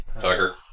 Tucker